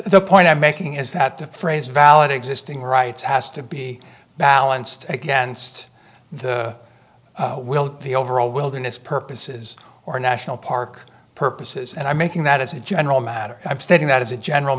the point i'm making is that the phrase valid existing rights has to be balanced against the will of the overall wilderness purposes or national park purposes and i'm making that as a general matter i'm stating that as a general